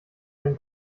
dein